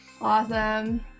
Awesome